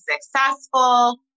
successful